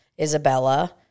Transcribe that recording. Isabella